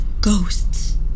ghosts